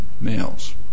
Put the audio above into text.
males